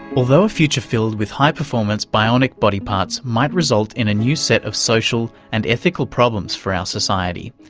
although a future filled with high-performance bionic body parts might result in a new set of social and ethical problems for our society,